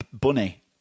bunny